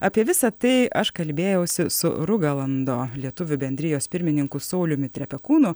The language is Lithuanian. apie visa tai aš kalbėjausi su rugalando lietuvių bendrijos pirmininku sauliumi trepekūnu